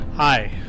Hi